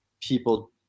people